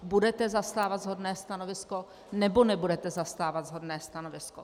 Budete zastávat shodné stanovisko, nebo nebudete zastávat shodné stanovisko?